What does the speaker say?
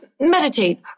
meditate